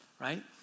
right